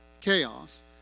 chaos